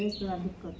तोरा दिक्कत